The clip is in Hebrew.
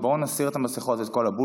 בואו נסיר את המסכות ואת כל הבולשיט,